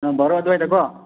ꯑꯪ ꯕꯥꯔꯣ ꯑꯗꯨꯋꯥꯏꯗ ꯀꯣ